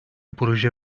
proje